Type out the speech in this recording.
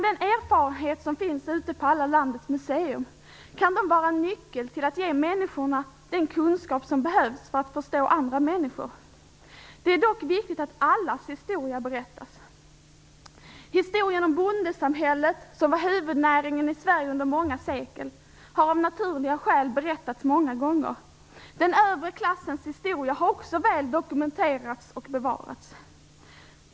Den erfarenhet som finns ute på alla landets museer kan vara en nyckel till att ge människorna den kunskap som behövs för att förstå andra människor. Det är dock viktigt att allas historia berättas. Historien om bondesamhället - jordbruket var huvudnäring i Sverige under många sekel - har av naturliga skäl berättats många gånger. Den övre klassens historia har också väl dokumenterats och bevarats.